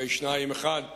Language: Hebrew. הרי היו שניים נגד אחד,